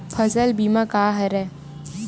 फसल बीमा का हरय?